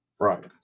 Right